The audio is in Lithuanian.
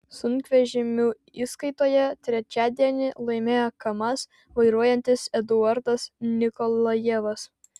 sunkvežimių įskaitoje trečiadienį laimėjo kamaz vairuojantis eduardas nikolajevas